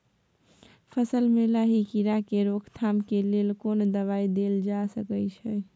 फसल में लाही कीरा के रोकथाम के लेल कोन दवाई देल जा सके छै?